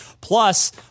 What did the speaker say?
Plus